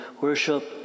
worship